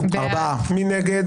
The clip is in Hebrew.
מי נגד?